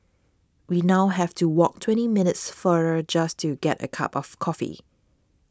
we now have to walk twenty minutes farther just to get a cup of coffee